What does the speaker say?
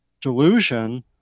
delusion